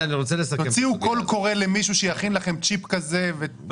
תוציאו קול קורא למישהו שיכין לכם שבב כזה.